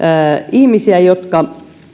ihmisiä jotka